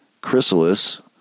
chrysalis